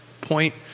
point